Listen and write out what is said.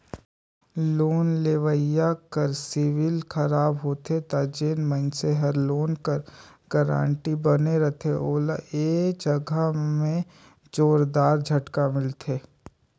loan लेवइया कर CIBIL खराब होथे ता जेन मइनसे हर लोन कर गारंटर बने रहथे ओला ए जगहा में जोरदार झटका मिलथे